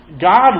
God